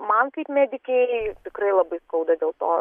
man kaip medikei tikrai labai skauda dėl to